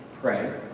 pray